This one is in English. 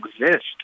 exist